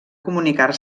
comunicar